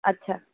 ଆଚ୍ଛା